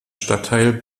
stadtteil